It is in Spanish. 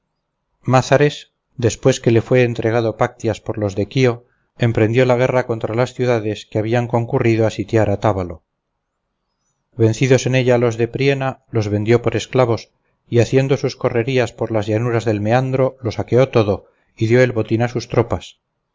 mázares después que le fue entregado pactias por los de quío emprendió la guerra contra las ciudades que habían concurrido a sitiar a tábalo vencidos en ella los de priena los vendió por esclavos y haciendo sus correrías por las llanuras del meandro lo saqueó todo y dio el botín a sus tropas